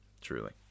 truly